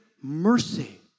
mercy